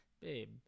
babe